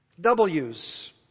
W's